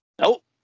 Nope